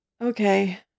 Okay